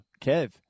Kev